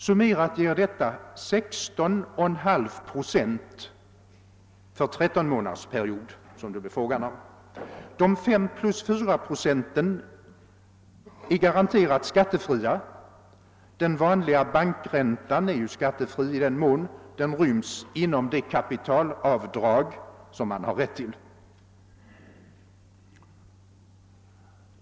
Summerat gör detta 16,5 proceni för en trettonmånadersperiod, som det här blir frågan om. De 5 plus de 4 pröcenten är garanterat skattefria; den vanliga bankräntan är ju skattefri, i den mån den ryms inom det kapital avdrag man har rätt till.